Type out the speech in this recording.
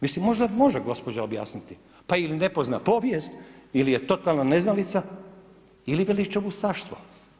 Mislim možda može gospođa objasniti, pa ili ne pozna povijest ili je totalna neznalica ili veliča ustaštvo.